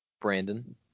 brandon